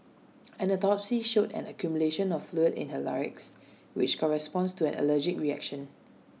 an autopsy showed an accumulation of fluid in her larynx which corresponds to an allergic reaction